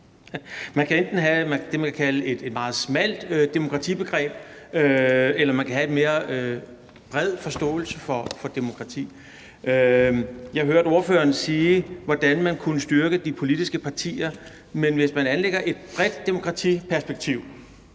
Man kan enten have det, man kan kalde et meget smalt demokratibegreb, eller man kan have en mere bred forståelse for demokrati. Jeg hørte ordføreren sige, hvordan man kunne styrke de politiske partier, men hvis man anlægger et bredt demokratiperspektiv,